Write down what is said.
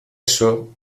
eso